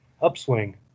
upswing